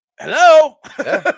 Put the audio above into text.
Hello